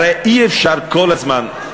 הרי אי-אפשר כל הזמן,